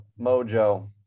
Mojo